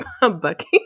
Bucky